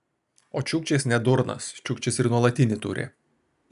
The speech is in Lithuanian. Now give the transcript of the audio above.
o čiukčis ne durnas čiukčis ir nuolatinį turi